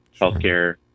Healthcare